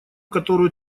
которую